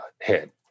head